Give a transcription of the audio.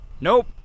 Nope